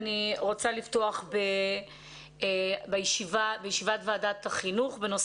אני רוצה לפתוח את ישיבת ועדת החינוך בנושא